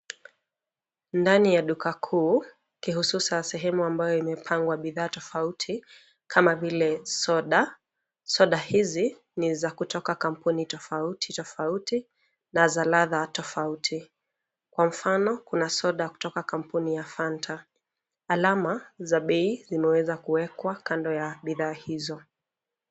Ndani ya duka kuu kihususa sehemu ambayo imepangwa bidhaa tofauti kama vile soda. Soda hizi ni za kutoka kampuni tofauti tofauti na za ladha tofauti. Kwa mfano kuna soda kutoka kampuni ya fanta. Alama za bei zimeweza kuwekwa kando ya bidhaa hizo.